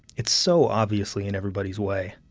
it's so obviously in everybody's way.